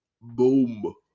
Boom